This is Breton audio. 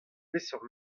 peseurt